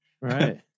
right